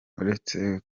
uretse